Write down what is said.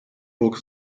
burg